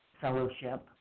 fellowship